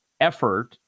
effort